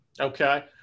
Okay